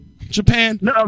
Japan